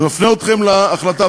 אני מפנה אתכם להחלטה.